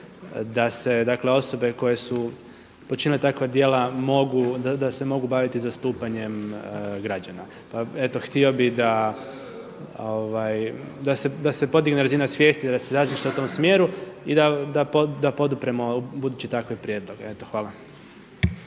dakle osobe koje su počinile takva djela, da se mogu baviti zastupanjem građana. Pa eto htio bih da se podigne razina svijesti, da se razmišlja u tom smjeru i da podupremo u buduće takve prijedloge. Eto hvala.